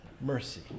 mercy